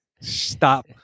stop